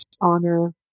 honor